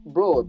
Bro